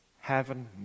heaven